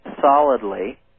solidly